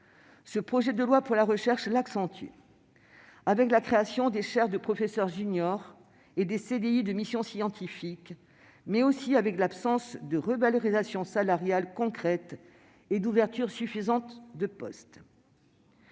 ce projet de loi pour la recherche l'accentue avec la création des chaires de professeur junior et des CDI de mission scientifique, mais aussi avec l'absence de revalorisation salariale concrète et d'ouvertures suffisantes de postes.